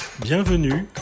Bienvenue